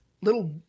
little